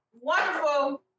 wonderful